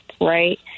right